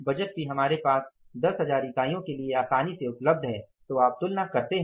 budget भी हमारे पास 10 हजार इकाइयों के लिए आसानी से उपलब्ध है तो आप तुलना करते हैं